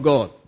God